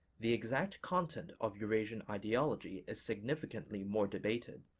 the exact content of eurasian ideology is significantly more debated.